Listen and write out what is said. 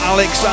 Alex